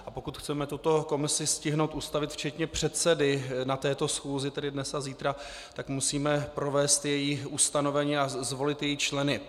A pokud chceme tuto komisi stihnout ustavit včetně předsedy na této schůzi, tedy dnes a zítra, musíme provést její ustanovení a zvolit její členy.